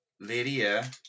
Lydia